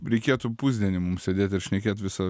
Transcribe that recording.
reikėtų pusdienį mums sėdėt ir šnekėt visą